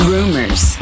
Rumors